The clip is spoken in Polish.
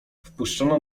wpuszczono